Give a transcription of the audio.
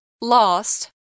Lost